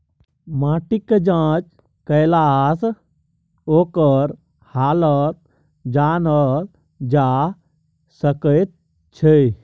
माटिक जाँच केलासँ ओकर हालत जानल जा सकैत छै